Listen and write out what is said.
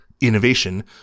innovation